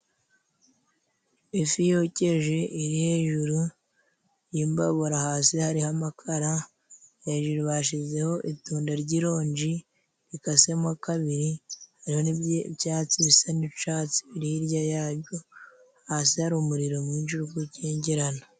Ifi yokeje iri hejuru y'imbabura hasi hariho amakara, hejuru bashyizeho itunda ry'irongi rikasemo kabiri. Hariho n'ibyatsi bisa n'icatsi biri hirya yaryo, hasi hari umuriro mwinshi uri gukengerana.